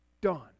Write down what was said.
Done